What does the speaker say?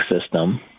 system